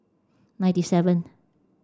ninety seven